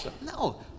No